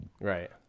Right